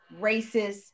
racist